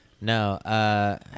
No